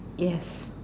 yes